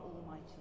Almighty